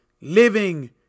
living